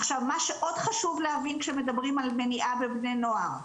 עכשיו מה שעוד חשוב להבין כשמדברים על מניעה בבני נוער,